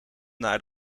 naar